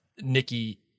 Nikki